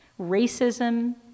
racism